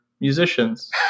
musicians